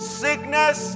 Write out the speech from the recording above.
sickness